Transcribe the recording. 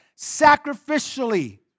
Sacrificially